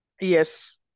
Yes